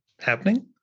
happening